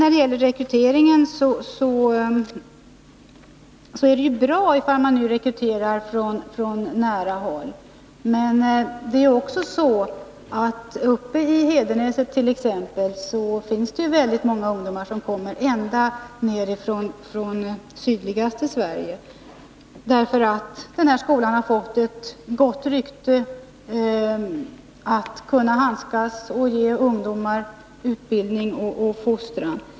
När det gäller rekryteringen är det bra om man rekryterar från nära håll, men det är också på det sättet att uppe i Hedenäset t.ex., finns det väldigt många ungdomar som kommer ända från sydligaste Sverige. Detta sker därför att denna skola har fått ett gott rykte när det gäller att kunna handskas med och ge ungdomar utbildning och fostran.